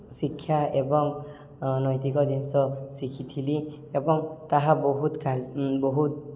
ଶିକ୍ଷା ଏବଂ ନୈତିକ ଜିନିଷ ଶିଖିଥିଲି ଏବଂ ତାହା ବହୁତ ବହୁତ